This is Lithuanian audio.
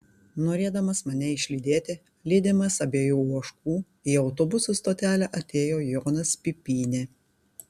norėdamas mane išlydėti lydimas abiejų ožkų į autobusų stotelę atėjo jonas pipynė